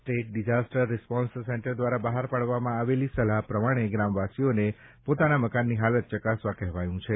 state disaster response centre દ્વારા બહાર પાડવામાં આવેલી સલાહ પ્રમાણએ ગ્રામવાસીઓને પોતાના મકાનની હાલત ચકાસવા કહેવાયું છે